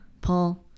Paul